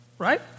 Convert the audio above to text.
Right